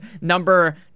number